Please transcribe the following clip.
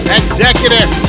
executive